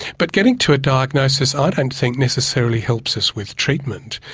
but getting to a diagnosis i don't think necessarily helps us with treatment,